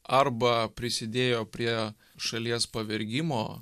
arba prisidėjo prie šalies pavergimo